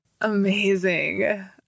Amazing